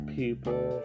people